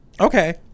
Okay